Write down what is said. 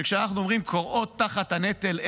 שכשאנחנו אומרים שהן כורעות תחת הנטל,